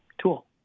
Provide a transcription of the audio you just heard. tool